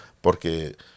porque